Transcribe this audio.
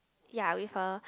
ya with her